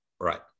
Right